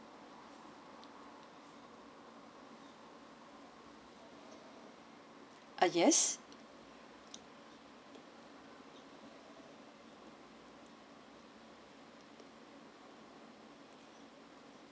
uh yes